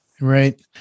Right